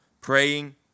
praying